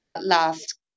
last